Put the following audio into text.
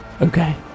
Okay